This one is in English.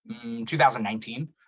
2019